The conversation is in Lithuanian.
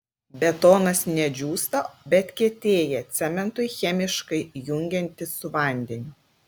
betonas ne džiūsta bet kietėja cementui chemiškai jungiantis su vandeniu